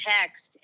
text